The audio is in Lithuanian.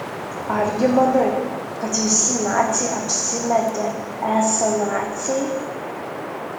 argi manai kad visi naciai apsimetė esą naciai